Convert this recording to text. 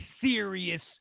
serious